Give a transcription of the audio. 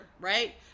right